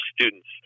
students